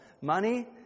Money